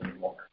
more